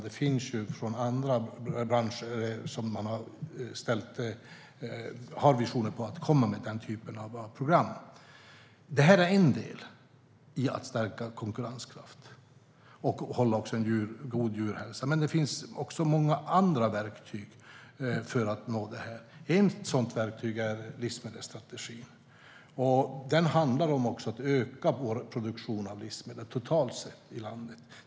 Det finns ju andra branscher som har visionen att komma med den typen av program. Det här är en del i att stärka konkurrenskraften och även bibehålla god djurhälsa. Men det finns många andra verktyg för att uppnå detta. Ett sådant verktyg är livsmedelsstrategin. Den handlar också om att öka vår produktion av livsmedel totalt sett i landet.